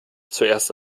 zuerst